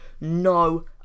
no